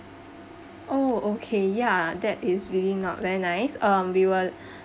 oh okay ya that is really not very nice um we will